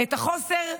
את החוסר,